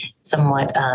somewhat